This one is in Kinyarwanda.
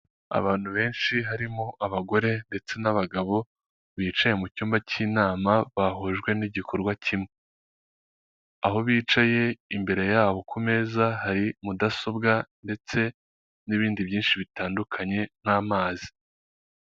Perezida Paul Kagame w'u Rwanda ubwo yarari kwiyamamaza agahaguruka mu modoka agasuhuza abaturage bamushagaye, bose bafite utwapa duto twanditseho efuperi, ndetse hari abajepe bari kumurinda bareba hirya no hino bamucungira umutekano.